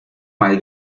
mal